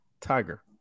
Tiger